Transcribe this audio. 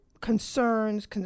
concerns